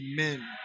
Amen